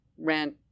rent